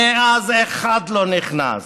מאז אחד לא נכנס.